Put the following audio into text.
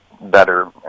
better